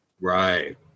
Right